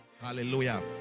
Hallelujah